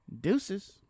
Deuces